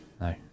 No